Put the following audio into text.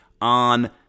on